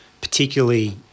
particularly